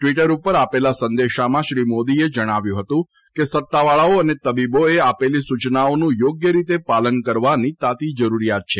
Twitter ઉપર આપેલા સંદેશામાં શ્રી મોદીએ જણાવ્યું હતું કે સત્તાવાળાઓ અને તબીબોએ આપેલી સૂચનાઓનું યોગ્ય રીતે પાલન કરવાની તાતી જરૂરિયાત છે